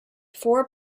four